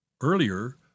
Earlier